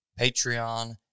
Patreon